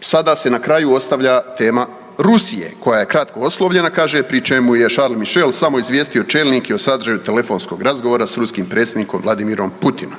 Sada se na kraju ostavlja tema Rusije koja je kratko oslovljena kaže pri čemu je Charles Michel samo izvijestio čelnike o sadržaju telefonskog razgovora s ruskim predsjednikom Vladimirom Putinom,